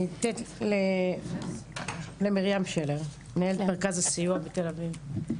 אני רוצה לתת למרים שלר, מרכז הסיוע בתל אביב.